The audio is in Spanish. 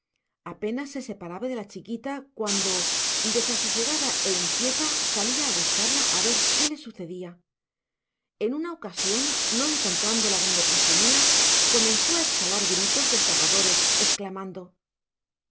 apenas se separaba de la chiquita cuando desasosegada e inquieta salía a buscarla a ver qué le sucedía en una ocasión no encontrándola donde presumía comenzó a exhalar gritos desgarradores exclamando